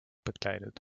bekleidet